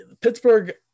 Pittsburgh